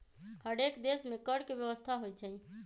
हरेक देश में कर के व्यवस्था होइ छइ